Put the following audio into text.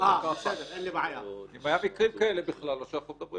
אם היו מקרים כאלה בכלל או שאנחנו מדברים